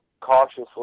cautiously